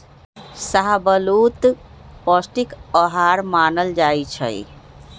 शाहबलूत पौस्टिक अहार मानल जाइ छइ